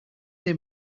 they